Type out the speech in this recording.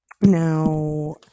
now